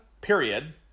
period